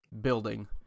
building